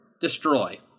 destroy